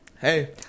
Hey